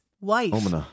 wife